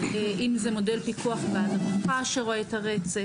אם זה מודל פיקוח והדרכה שרואה את הרצף,